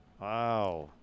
Wow